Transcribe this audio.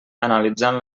analitzant